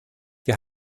wir